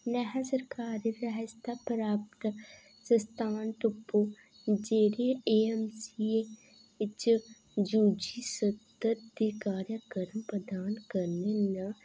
नैहर सरकार दे सहयता प्राप्त सस्तान तुप्पो जेह्ड़ी ए एम सी ए इच यू जी स्तर दी कार्यक्रम प्रदान करने न